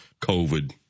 covid